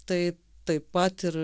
tai taip pat ir